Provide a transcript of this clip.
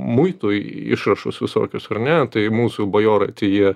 muitui išrašus visokius ar ne tai mūsų bajorai tai jie